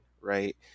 right